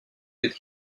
with